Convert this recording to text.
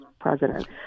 president